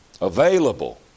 available